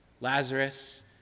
Lazarus